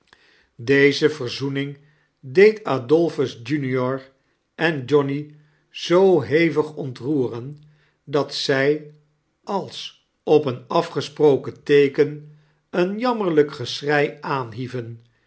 deze verzoening deed adolphus junior en johnny zoo hevig ontroeren dat zij als op een afgesproken teeken een jammerlijk geschrei aanhieven